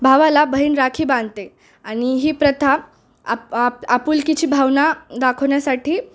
भावाला बहीण राखी बांधते आणि ही प्रथा आप आप आपुलकीची भावना दाखवण्यासाठी